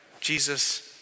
Jesus